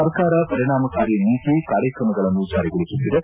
ಸರ್ಕಾರ ಪರಿಣಾಮಕಾರಿ ನೀತಿ ಕಾರ್ಯಕ್ರಮಗಳನ್ನು ಜಾರಿಗೊಳಿಸುತ್ತಿದೆ